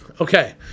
Okay